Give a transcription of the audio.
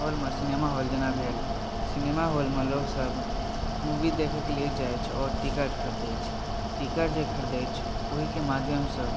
हॉलमे cinema hall जेना भेल सिनेमा हॉलमे लोकसभ मूवी देखैके लिए जाइत अछि आओर टिकट खरीदैत छै टिकट जे खरीदैत छै ओहिके माध्यमसँ